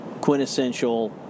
quintessential